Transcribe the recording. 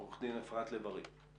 עו"ד אפרת לב ארי.